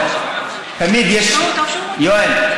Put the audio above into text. יואל,